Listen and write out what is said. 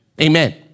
Amen